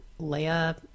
Leia